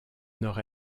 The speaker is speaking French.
nord